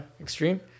extreme